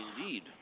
indeed